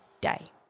day